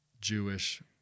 Jewish